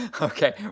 Okay